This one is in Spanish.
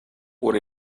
por